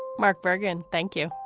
mark bergen, thank you.